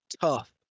tough